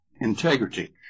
Integrity